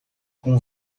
com